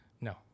No